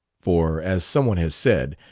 for, as some one has said,